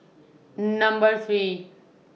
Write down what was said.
Number three